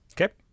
Okay